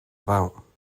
about